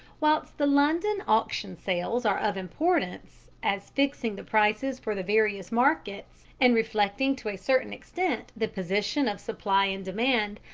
whilst the london auction sales are of importance as fixing the prices for the various markets, and reflecting to a certain extent the position of supply and demand,